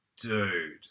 Dude